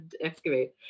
excavate